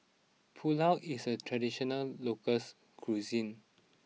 Pulao is a traditional local cuisine